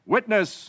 Witness